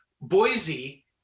Boise